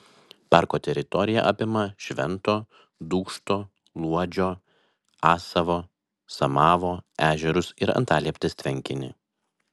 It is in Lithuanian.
parko teritorija apima švento dūkšto luodžio asavo samavo ežerus ir antalieptės tvenkinį